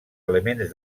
elements